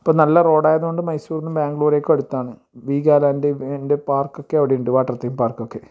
ഇപ്പം നല്ല റോഡായതു കൊണ്ട് മൈസൂർന്ന് ബാംഗ്ലൂരിലേക്ക് അടുത്താണ് വീഗാലാൻഡ്ഇൻ്റെ പാർക്കക്കെ അവിടെയുണ്ട് വാട്ടർ തീം പാർക്കൊക്കെ